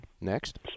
next